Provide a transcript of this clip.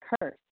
curse